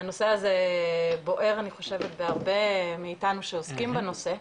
הנושא הזה בוער אני חושבת בהרבה מאיתנו שעוסקים בנושא,